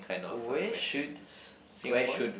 where should s~ Singaporean